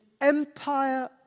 empire